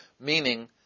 meaning